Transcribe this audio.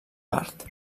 part